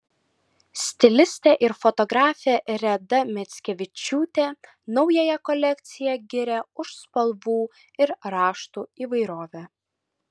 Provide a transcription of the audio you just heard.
stilistė ir fotografė reda mickevičiūtė naująją kolekciją giria už spalvų ir raštų įvairovę